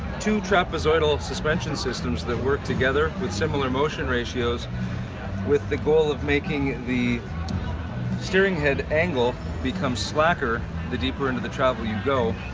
two trapezoidal suspension systems that work together with similar motion ratios with the goal of making the steering head angle become slacker the deeper into the travel you go,